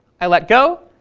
i let go,